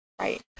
right